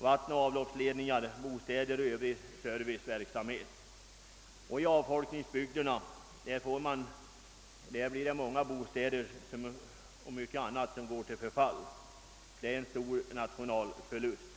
vattenoch avloppsledningar, bostäder och annan service. I avfolkningsbygderna förfaller i stället en mängd bostäder, vilket innebär en stor nationalförlust.